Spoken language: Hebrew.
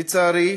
לצערי,